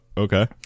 Okay